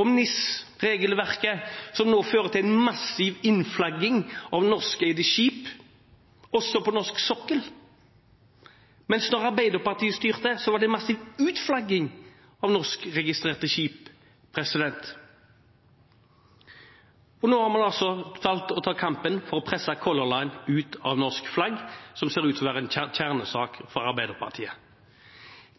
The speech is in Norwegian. om NIS-regelverket, som nå fører til en massiv innflagging av norskeide skip, også på norsk sokkel, mens det da Arbeiderpartiet styrte, var massiv utflagging av norskregistrerte skip. Og nå har man valgt å ta kampen for å presse Color Line når det gjelder norsk flagg, noe som ser ut til å være en kjernesak for Arbeiderpartiet.